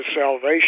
salvation